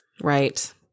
Right